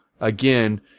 again